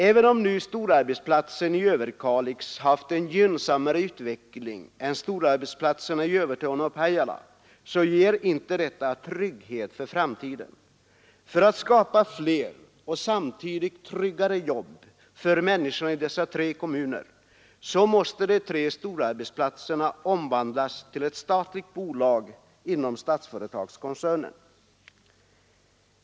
Även om nu storarbetsplatsen i Överkalix haft en gynnsammare utveckling än storarbetsplatserna i Övertorneå och Pajala ger detta ändå ingen trygghet för framtiden, För att skapa fler och samtidigt tryggare jobb för människorna i dessa tre kommuner så måste de tre storarbetsplatserna omvandlas till ett statligt bolag inom Stats företagskoncernen.